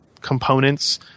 components